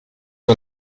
wir